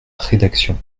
rédaction